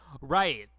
Right